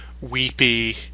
weepy